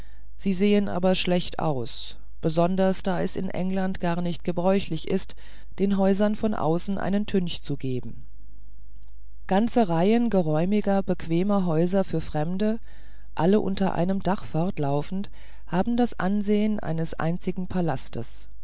sie sehen aber schlecht aus besonders da es in england gar nicht gebräuchlich ist den häuser von außen einen tünch zu geben ganze reihen geräumiger bequemer häuser für fremde alle unter einem dache fortlaufend haben das ansehen eines einzigen palastes